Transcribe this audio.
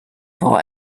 for